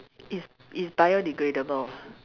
it's it's biodegradable ah